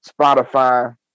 Spotify